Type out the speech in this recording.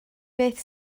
beth